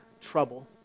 trouble